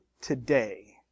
today